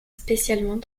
spécialement